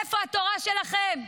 איפה התורה שלכם?